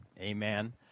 Amen